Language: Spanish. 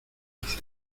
hace